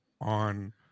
on